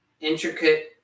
intricate